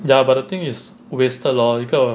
ya but the thing is wasted lor 一个